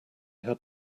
had